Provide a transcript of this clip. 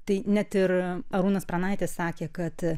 tai net ir arūnas pranaitis sakė kad